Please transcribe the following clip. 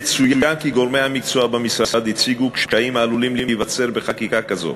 יצוין כי גורמי המקצוע במשרד הציגו קשיים העלולים להיווצר בחקיקה כזאת.